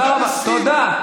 אתה מסית.